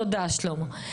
תודה, שלמה.